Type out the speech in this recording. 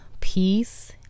peace